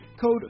code